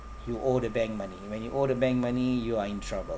you owe the bank money when you owe the bank money you are in trouble